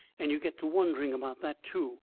and you get to wondering about that, too.